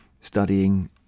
studying